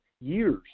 years